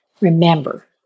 Remember